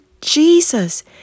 Jesus